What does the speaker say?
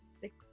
six